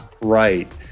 right